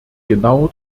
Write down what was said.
genau